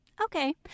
Okay